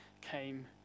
came